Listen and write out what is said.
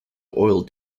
oil